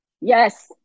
Yes